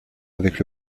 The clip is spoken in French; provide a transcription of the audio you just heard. avec